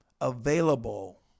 available